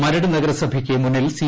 മരട് നഗരസഭയ്ക്ക് മുന്നിൽ സി